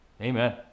Amen